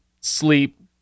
sleep